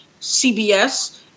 CBS